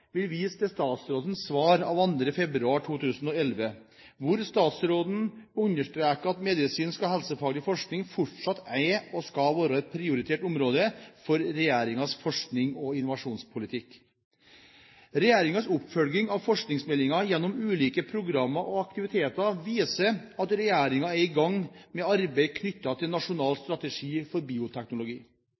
vil vise til statsrådens svar av 2. februar 2011, hvor hun understreker: «Medisinsk og helsefaglig forskning er, og skal fortsatt være, et prioritert område i regjeringens forskningspolitikk og i innovasjonspolitikken.» Regjeringens oppfølging av forskningsmeldingen gjennom ulike programmer og aktiviteter viser at regjeringen er i gang med et arbeid knyttet til en nasjonal strategi for bioteknologi.